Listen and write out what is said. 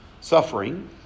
suffering